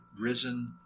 risen